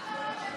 מה קרה,